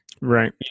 Right